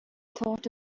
thought